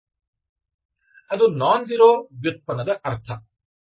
ಅದು non zero ವ್ಯುತ್ಪನ್ನದ ಅರ್ಥ